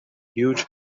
huge